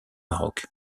maroc